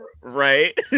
Right